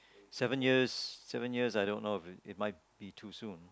seven years seven years I don't know it might be too soon